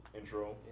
intro